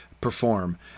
perform